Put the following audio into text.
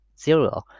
zero